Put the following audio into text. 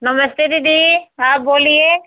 नमस्ते दीदी आप बोलिये